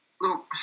look